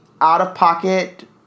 out-of-pocket